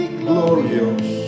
glorious